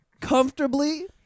comfortably